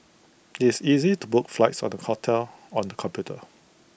it's easy to book flights and hotels on the computer